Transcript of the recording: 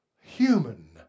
human